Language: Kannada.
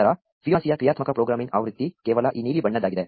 ನಂತರ ಫಿಬೊನಾಸಿಯ ಕ್ರಿಯಾತ್ಮಕ ಪ್ರೋಗ್ರಾಮಿಂಗ್ ಆವೃತ್ತಿ ಕೇವಲ ಈ ನೀಲಿ ಬಣ್ಣದ್ದಾಗಿದೆ